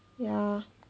ya